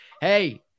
Hey